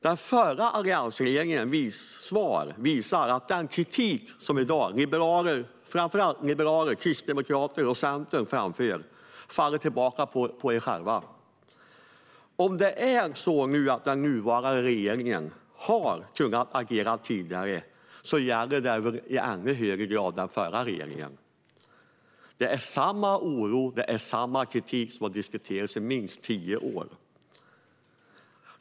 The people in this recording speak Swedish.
Den förra alliansregeringens svar visar att den kritik som i dag framför allt liberaler, kristdemokrater och centerpartister framför faller tillbaka på dem själva. Om det är så att den nuvarande regeringen hade kunnat agera tidigare gäller det i ännu högre grad den förra regeringen. Det är samma oro och samma kritik som har diskuterats i minst tio år.